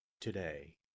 today